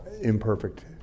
imperfect